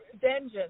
Vengeance